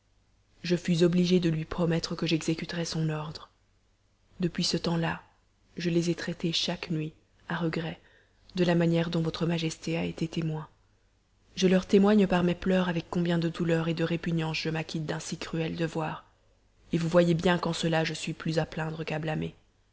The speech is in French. je fus obligée de lui promettre que j'exécuterais son ordre depuis ce temps-là je les ai traitées chaque nuit à regret de la manière dont votre majesté a été témoin je leur témoigne par mes pleurs avec combien de douleur et de répugnance je m'acquitte d'un si cruel devoir et vous voyez bien qu'en cela je suis plus à plaindre